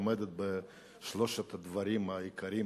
עומדת בשלושת הדברים העיקריים,